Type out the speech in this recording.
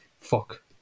Fuck